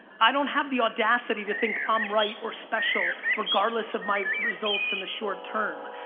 i don't have the audacity to think i'm right or special regardless of my results in the short term.